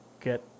get